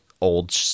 old